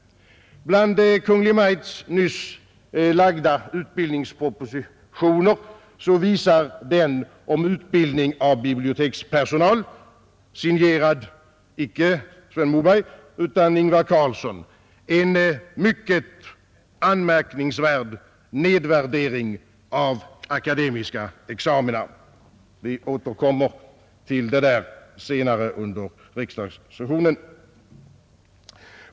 Bland Kungl. Maj:ts nyss framlagda utbildningspropositioner visar den om utbildning av bibliotekspersonal, signerad icke Sven Moberg utan Ingvar Carlsson, en mycket anmärkningsvärd nedvärdering av akademiska examina. Vi återkommer till det senare under riksdagssessionen.